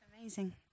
Amazing